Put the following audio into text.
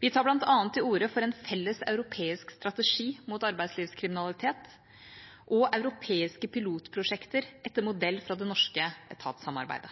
Vi tar bl.a. til orde for en felles europeisk strategi mot arbeidslivskriminalitet og europeiske pilotprosjekter etter modell av det norske etatssamarbeidet.